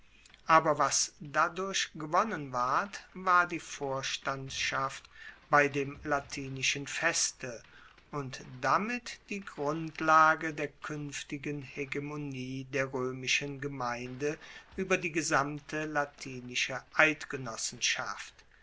aber was dadurch gewonnen ward war die vorstandschaft bei dem latinischen feste und damit die grundlage der kuenftigen hegemonie der roemischen gemeinde ueber die gesamte latinische eidgenossenschaft